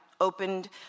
opened